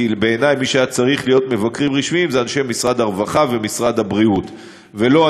כי הנושא הזה לא בא בהצעות לסדר-היום: 1. קודם כול,